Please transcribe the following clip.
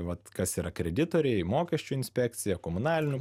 vat kas yra kreditoriai mokesčių inspekcija komunalinių